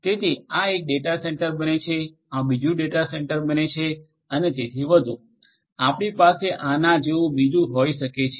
તેથી આ એક ડેટા સેન્ટર બને છે આ બીજું ડેટા સેન્ટર બને છે અને તેથી વધુ આપણી પાસે આના જેવું બીજું હોઈ શકે છે